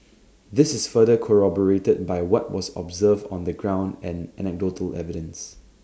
this is further corroborated by what was observed on the ground and anecdotal evidence